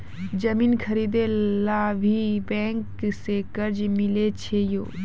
जमीन खरीदे ला भी बैंक से कर्जा मिले छै यो?